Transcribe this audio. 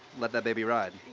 let that baby ride